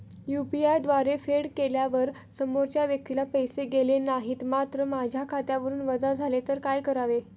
UPI द्वारे फेड केल्यावर समोरच्या व्यक्तीला पैसे गेले नाहीत मात्र माझ्या खात्यावरून वजा झाले तर काय करावे?